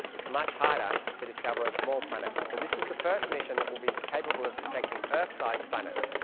it's much harder to discover a small planet. so this is the first mission that will be capable of detecting earth-size planets,